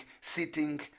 sitting